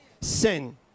sin